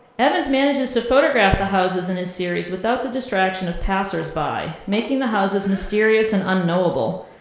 evans manages to photograph the houses in his series without the distraction of passers-by, making the houses mysterious and unknowable.